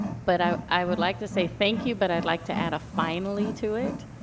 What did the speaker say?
but i i would like to say thank you, but i would like to add a finally to it.